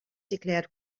declared